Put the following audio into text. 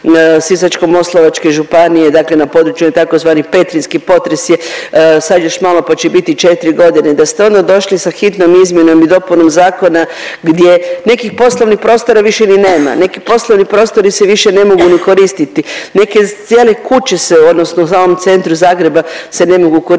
Sisačko-moslavačke županije, dakle na području tzv. petrinjski potres je sad još malo pa će biti 4 godine, da ste onda došli sa hitnom izmjenom i dopunom zakona gdje, nekih poslovnih prostora više ni nema, neki poslovni prostori se više ni ne mogu koristiti, neke cijele kuće se odnosno u samom centru Zagrebu se ne mogu koristiti.